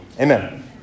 Amen